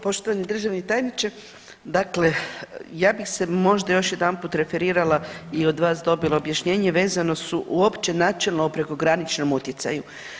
Poštovani državni tajniče, dakle ja bih se možda još jedanput referirala i od vas dobila objašnjenje vezano su uopće načelno o prekograničnom utjecaju.